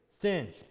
sin